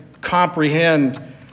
comprehend